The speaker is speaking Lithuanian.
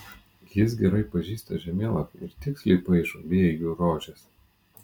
jis gerai pažįsta žemėlapį ir tiksliai paišo vėjų rožes